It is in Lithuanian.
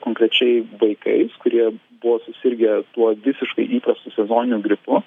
konkrečiai vaikais kurie buvo susirgę tuo visiškai įprastu sezoniniu gripu